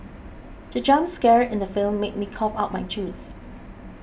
the jump scare in the film made me cough out my juice